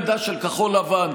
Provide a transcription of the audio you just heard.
אז אם העמדה של כחול לבן,